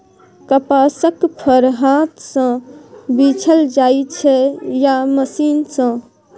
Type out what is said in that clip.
कपासक फर हाथ सँ बीछल जाइ छै या मशीन सँ